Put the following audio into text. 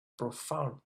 profound